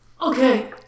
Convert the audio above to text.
Okay